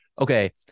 okay